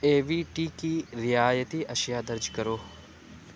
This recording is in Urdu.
اے وی ٹی کی رعایتی اشیاء درج کرو